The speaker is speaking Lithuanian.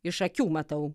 iš akių matau